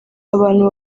abantu